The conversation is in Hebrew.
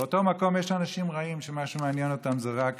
באותו מקום יש אנשים רעים, שמה שמעניין אותם זה רק